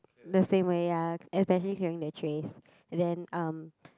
the same way ya especially clearing the trays and then um